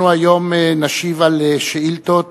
אנחנו היום נשיב על שאילתות,